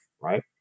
right